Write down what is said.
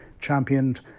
championed